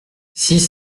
six